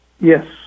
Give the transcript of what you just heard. Yes